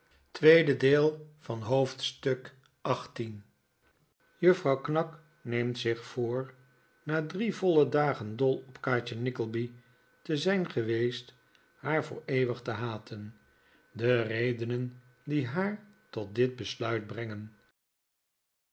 juffrouw knag neemt zich voor na drie voile dagen dol op kaatje nickleby te zijn geweest haar voor eeuwig te haten de redenen die haar tot dit besluit brengen